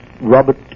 Robert